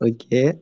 Okay